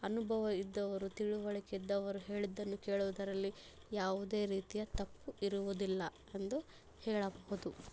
ಅನುಭವ ಇದ್ದವರು ತಿಳುವಳಿಕೆ ಇದ್ದವರು ಹೇಳಿದ್ದನ್ನು ಕೇಳುವುದರಲ್ಲಿ ಯಾವುದೇ ರೀತಿಯ ತಪ್ಪು ಇರುವುದಿಲ್ಲ ಎಂದು ಹೇಳಬಹದು